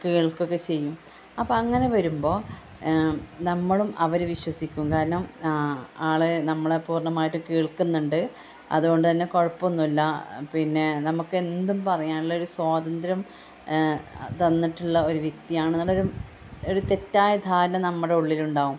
കേൾക്കുകയൊക്കെ ചെയ്യും അപ്പം അങ്ങനെ വരുമ്പോൾ നമ്മളും അവരെ വിശ്വസിക്കും കാരണം ആ ആൾ നമ്മളെ പൂർണ്ണമായിട്ടും കേൾക്കുന്നുണ്ട് അതുകൊണ്ട് തന്നെ കുഴപ്പമൊന്നുമില്ല പിന്നെ നമുക്ക് എന്തും പറയാനുള്ള ഒരു സ്വാതന്ത്ര്യം തന്നിട്ടുള്ള ഒരു വ്യക്തിയാണെന്നുള്ള ഒരു ഒരു തെറ്റായ ധാരണ നമ്മുടെ ഉള്ളിലുണ്ടാകും